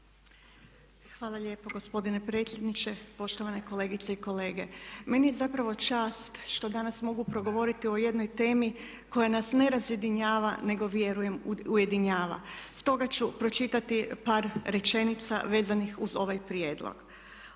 Hvala lijepo gospodine predsjedniče, poštovane kolegice i kolege. Meni je zapravo čast što danas mogu progovoriti o jednoj temi koja nas ne razjedinjava nego vjerujem ujedinjava. Stoga ću pročitati par rečenica vezanih uz ovaj prijedlog.